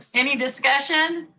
any discussion?